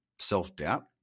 self-doubt